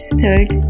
third